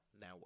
Now